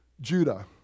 Judah